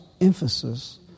emphasis